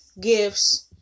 gifts